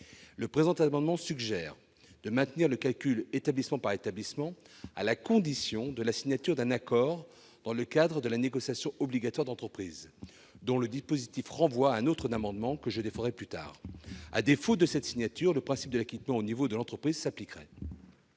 le présent amendement, il est suggéré de maintenir le calcul établissement par établissement, à la condition de la signature d'un accord dans le cadre de la négociation obligatoire d'entreprise, dont le dispositif renvoie à un autre amendement, que je défendrai plus tard. À défaut de cette signature, le principe de l'acquittement au niveau de l'entreprise s'appliquerait.